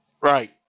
Right